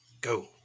Go